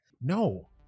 No